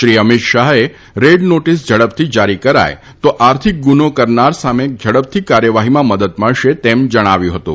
શ્રી અમિત શાહે રેડનોટીસ ઝડપથી જારી કરાય તો આર્થિક ગુનો કરનાર સામે ઝડપથી કાર્યવાહીમાં મદદ મળશે તેમ જણાવ્યું હતું